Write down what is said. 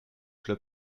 clubs